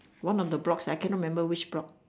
one of the blocks I cannot remember which block